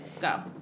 Go